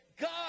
God